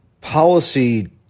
policy